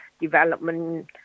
Development